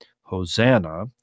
Hosanna